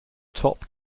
top